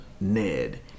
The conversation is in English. Ned